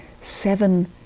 seven